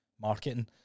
Marketing